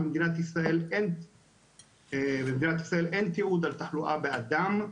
במדינת ישראל אין תיעוד על תחלואה באדם,